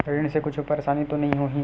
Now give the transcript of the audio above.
ऋण से कुछु परेशानी तो नहीं होही?